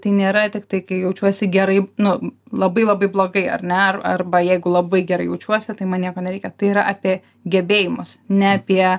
tai nėra tiktai kai jaučiuosi gerai nu labai labai blogai ar ne ar arba jeigu labai gerai jaučiuosi tai man nieko nereikia tai yra apie gebėjimus ne apie